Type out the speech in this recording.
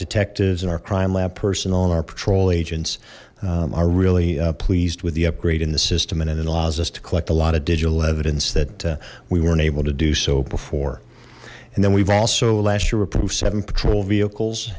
detectives and our crime lab personal and our patrol agents are really pleased with the upgrade in the system and it allows us to collect a lot of digital evidence that we weren't able to do so before and then we've also last year approved seven patrol vehicles